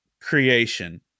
creation